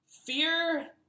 Fear